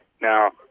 Now